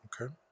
Okay